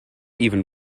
even